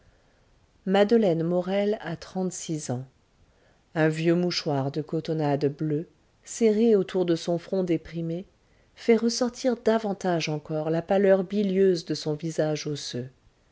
madeleine morel a trente-six ans un vieux mouchoir de cotonnade bleue serré autour de son front déprimé fait ressortir davantage encore la pâleur bilieuse de son visage osseux